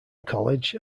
college